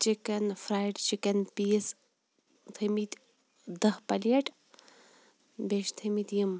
chicken fried chicken piece تھٲومٕتۍ دَہ plate بیٚیہِ چھِ تھٲمٕتۍ یِم